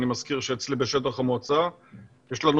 אני מזכיר שאצלי בשטח המועצה יש לנו